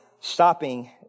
stopping